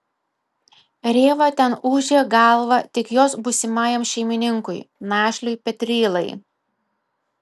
rėva ten ūžė galvą tik jos būsimajam šeimininkui našliui petrylai